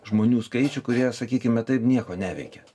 žmonių skaičių kurie sakykime taip nieko neveikia